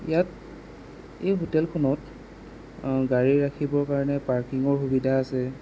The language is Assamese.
ইয়াত এই হোটেলখনত গাড়ী ৰাখিবৰ কাৰণে পাৰ্কিঙৰ সুবিধা আছে